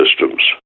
systems